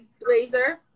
blazer